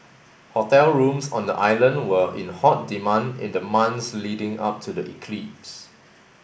hotel rooms on the island were in hot demand in the months leading up to the eclipse